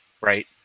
right